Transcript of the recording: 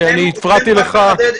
אני הפרעתי לך.